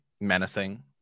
Menacing